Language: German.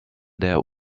der